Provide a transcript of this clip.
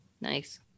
Nice